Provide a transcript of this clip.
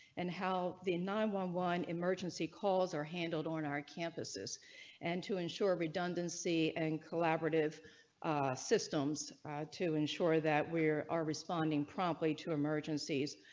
and how the nine one one emergency calls are handled on our campuses and to ensure redundancy and collaborative systems to ensure that we are are responding promptly to emergencies.